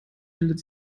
bildet